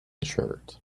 shirt